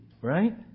right